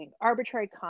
arbitrary